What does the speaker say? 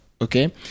Okay